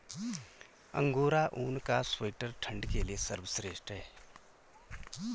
angora ऊन का sweater ठंड के लिए सर्वश्रेष्ठ है